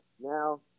now